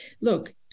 look